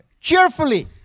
Cheerfully